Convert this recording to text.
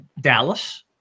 Dallas